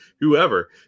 whoever